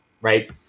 right